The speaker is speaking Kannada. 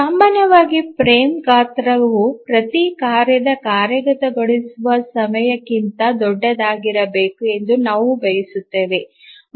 ಸಾಮಾನ್ಯವಾಗಿ ಫ್ರೇಮ್ ಗಾತ್ರವು ಪ್ರತಿ ಕಾರ್ಯದ ಕಾರ್ಯಗತಗೊಳಿಸುವ ಸಮಯಕ್ಕಿಂತ ದೊಡ್ಡದಾಗಿರಬೇಕು ಎಂದು ನಾವು ಬಯಸುತ್ತೇವೆ